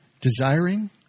desiring